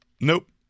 Nope